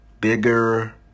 bigger